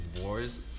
wars